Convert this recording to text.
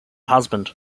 husband